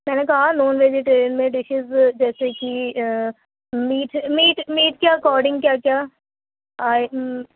میں نے کہا نان ویجیٹیرین میں ڈشیز جیسے کہ میٹ میٹ میٹ کے اکورڈنگ کیا کیا آئے